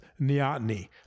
neoteny